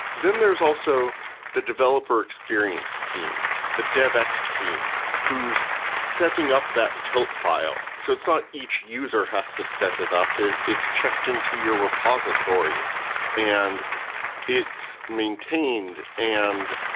then there's also the developer experience team, the dev x team whose setting up that tilt file. so it's not each user has to set it up. it's checked into your repository and it's maintained. and